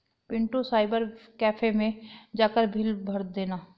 Pintu cyber cafe मैं जाकर bill भर देना